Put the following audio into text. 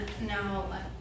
now